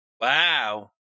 Wow